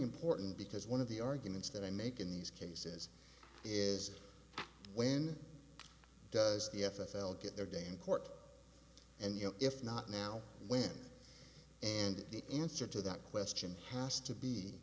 important because one of the arguments that i make in these cases is when does the a f l get their day in court and you know if not now when and the answer to that question has to be